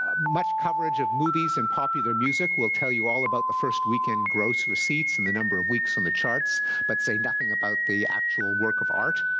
much coverage of movies and popular music will tell you all about the first weekend gross receipts and the number of weeks on the charts but say nothing about the actual work of art.